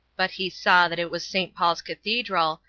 but he saw that it was st. paul's cathedral,